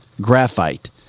graphite